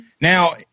now